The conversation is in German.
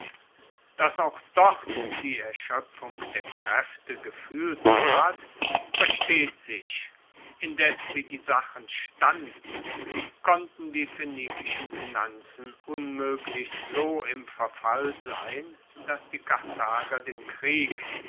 dass auch dort die erschoepfung der kraefte gefuehlt ward versteht sich indes wie die sachen standen konnten die phoenikischen finanzen unmoeglich so im verfall sein dass die karthager den krieg